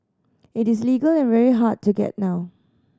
it is illegal and very hard to get now